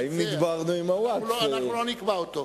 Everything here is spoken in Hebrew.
אם נדברנו עם הווקף?